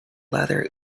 leather